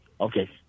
okay